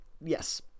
Yes